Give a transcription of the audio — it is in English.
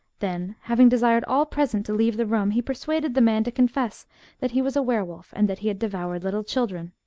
then, having desired all present to leave the room, he persuaded the man to confess that he was a were-wolf and that he had devoured little children.